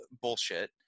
bullshit